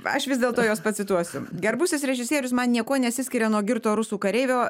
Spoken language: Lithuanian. aš vis dėlto jos pacituosiu garbusis režisierius man niekuo nesiskiria nuo girto rusų kareivio